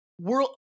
world